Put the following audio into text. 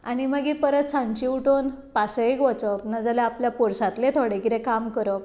आनी मागीर परत सांजचे उठून पासयेक वचप ना जाल्यार आपल्या पोरसांतले थोडें कितें काम करप